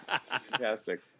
Fantastic